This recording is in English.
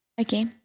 Okay